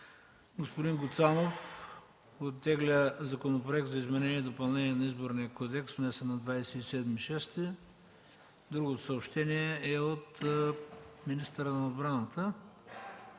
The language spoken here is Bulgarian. Господин Гуцанов оттегля Законопроект за изменение и допълнение на Изборния кодекс, внесен на 27 юни 2013 г. Другото съобщение е от министъра на отбраната: